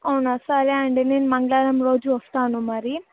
అవునా సరే అండి నేను మంగళవారం రోజు వస్తాను మరి